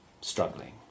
struggling